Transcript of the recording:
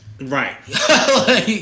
Right